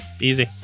easy